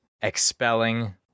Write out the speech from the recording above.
Expelling